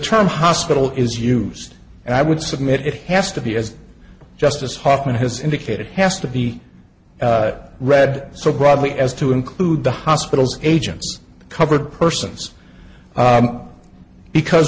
term hospital is used and i would submit it has to be as justice hofmann has indicated has to be read so broadly as to include the hospital's agents covered persons because